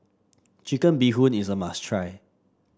Chicken Bee Hoon is a must try